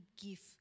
give